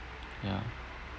ya